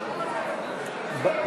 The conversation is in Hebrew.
ההסתייגויות לסעיף 29, משרד הבינוי